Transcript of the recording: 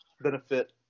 benefit